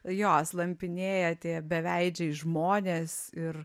jo slampinėja tie beveidžiai žmonės ir